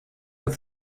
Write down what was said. with